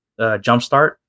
Jumpstart